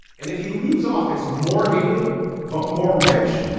and if he leaves office more hated but more rich.